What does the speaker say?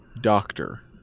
doctor